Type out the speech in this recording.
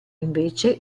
invece